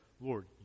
Lord